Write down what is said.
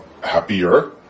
happier